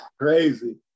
crazy